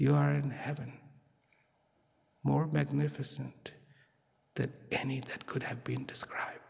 you are in heaven more magnificent the need that could have been described